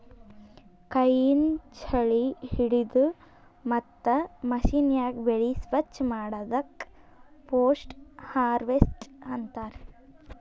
ಕೈಯಿಂದ್ ಛಾಳಿ ಹಿಡದು ಮತ್ತ್ ಮಷೀನ್ಯಾಗ ಬೆಳಿ ಸ್ವಚ್ ಮಾಡದಕ್ ಪೋಸ್ಟ್ ಹಾರ್ವೆಸ್ಟ್ ಅಂತಾರ್